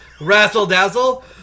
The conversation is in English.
razzle-dazzle